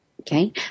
Okay